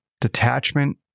detachment